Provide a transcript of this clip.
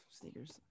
sneakers